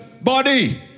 body